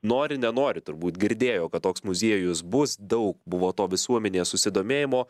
nori nenori turbūt girdėjo kad toks muziejus bus daug buvo to visuomenės susidomėjimo